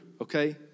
okay